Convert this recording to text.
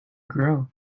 grow